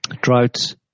Droughts